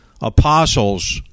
apostles